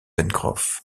pencroff